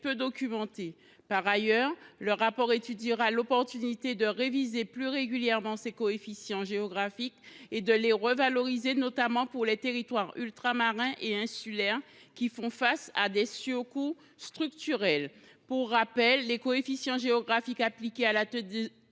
documentée. Par ailleurs, le rapport évaluera l’opportunité de réviser plus régulièrement les coefficients géographiques et de les revaloriser, notamment pour les territoires ultramarins et insulaires, qui font face à des surcoûts structurels. Pour rappel, les coefficients géographiques appliqués à la